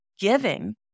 giving